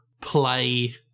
play